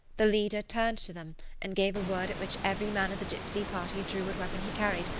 the leader turned to them and gave a word at which every man of the gypsy party drew what weapon he carried,